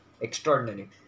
extraordinary